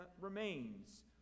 remains